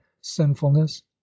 sinfulness